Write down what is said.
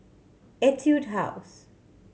Etude House